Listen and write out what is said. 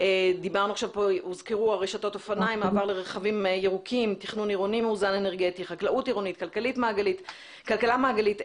יש המלצות של ארגון ה-OECD בנושא של מענקי חילוץ ואשראי בערבות המדינה.